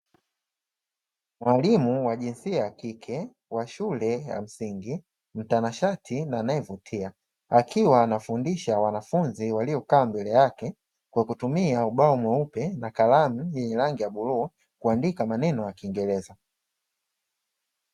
Mwalimu wa jinsia ya kike wa shule ya msingi, mtanashati na anayevutia. Akiwa anafundisha wanafunzi waliokaa mbele yake kwa kutumia ubao mweupe na kalamu yenye rangi ya bluu kuandika maneno ya kiingereza.